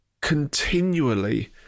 continually